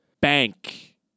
bank